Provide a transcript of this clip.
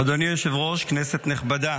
אדוני היושב-ראש, כנסת נכבדה,